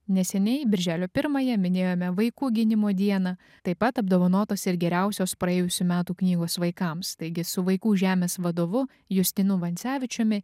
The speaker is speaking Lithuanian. neseniai birželio pirmąją minėjome vaikų gynimo dieną taip pat apdovanotos ir geriausios praėjusių metų knygos vaikams taigi su vaikų žemės vadovu justinu vancevičiumi